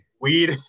Weed